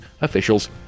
officials